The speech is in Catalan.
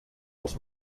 els